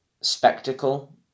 spectacle